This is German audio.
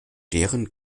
deren